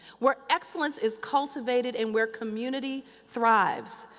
where excellence is cultivated and where community thrives.